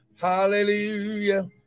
Hallelujah